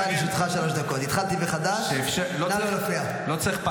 היו"ר משה